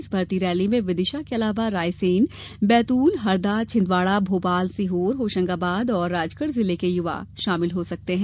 इस भर्ती रैली में विदिशा के अलावा रायसेन बैतूल हरदा छिंदवाडा भोपाल सीहोर होशंगाबाद और राजगढ जिले के युवा शामिल हो सकते है